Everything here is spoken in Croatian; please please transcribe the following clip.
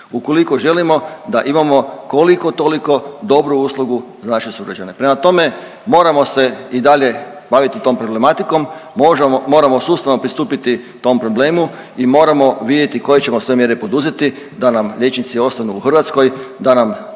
ukoliko želimo da imamo koliko toliko dobru uslugu za naše sugrađane. Prema tome, moramo se i dalje baviti tom problematikom, moramo sustavno pristupiti tom problemu i moramo vidjeti koje ćemo sve mjere poduzeti da nam liječnici ostanu u Hrvatskoj, da nam